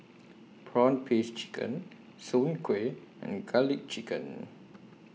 Prawn Paste Chicken Soon Kueh and Garlic Chicken